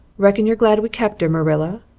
reckon you're glad we kept her, marilla?